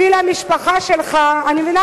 בשביל המשפחה שלך, אולי אם תשירי זה יעבוד יותר.